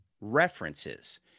references